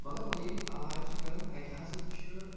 مگر وۄنۍ ییٚلہِ یِم علاج چھِ کَران اَتہِ ہسا چھِ